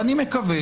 ואני מקווה,